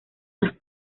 las